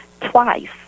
twice